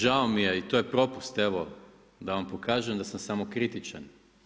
Žao mi je i to je propust evo da vam pokažem da sam samokritičan.